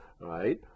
right